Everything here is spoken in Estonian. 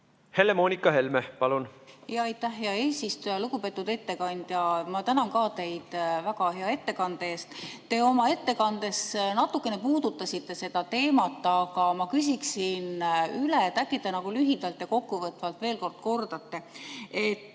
Helle-Moonika Helme, palun! Aitäh, hea eesistuja! Lugupeetud ettekandja, ma ka tänan teid väga hea ettekande eest! Te oma ettekandes natukene puudutasite seda teemat, aga ma küsiksin üle, äkki te lühidalt ja kokkuvõtvalt veel kord kordate.